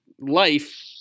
life